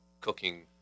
cooking